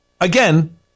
Again